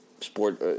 sport